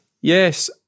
Yes